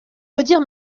redire